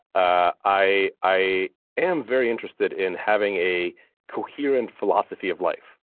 ah i i am very interested in having a coherent philosophy of life,